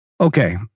Okay